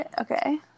Okay